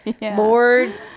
Lord